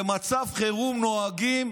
במצב חירום נוהגים